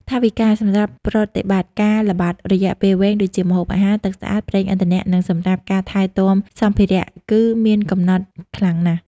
ថវិកាសម្រាប់ប្រតិបត្តិការល្បាតរយៈពេលវែង ដូចជា ម្ហូបអាហារ ទឹកស្អាត ប្រេងឥន្ធនៈ និងសម្រាប់ការថែទាំសម្ភារៈ គឺមានកំណត់ខ្លាំងណាស់។